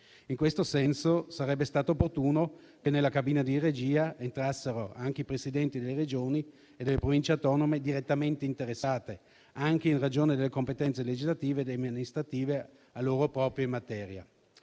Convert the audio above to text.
In questo senso sarebbe stato opportuno che nella cabina di regia entrassero anche i Presidenti delle Regioni e delle Province autonome direttamente interessate, anche in ragione delle competenze legislative e amministrative loro proprie in materia.